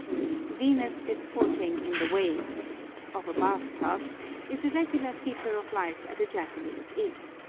venus disporting in the waves of a bath-tub is a regular feature of life at a japanese inn.